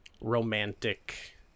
romantic